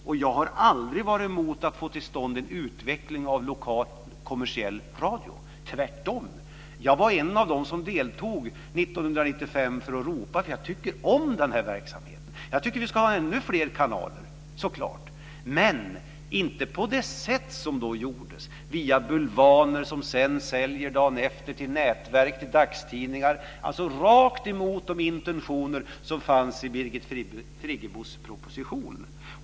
Och jag har aldrig varit emot att få till stånd en utveckling av lokal kommersiell radio - tvärtom. Jag var en av dem som deltog 1995 för att ropa att jag tycker om den här verksamheten, att jag tycker att vi ska ha ännu fler kanaler - så klart. Men jag ville inte att det skulle ske på det sätt som då gjordes, via bulvaner som säljer dagen efter till nätverk och till dagstidningar, alltså rakt emot de intentioner som fanns i Birgit Friggebos proposition.